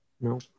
No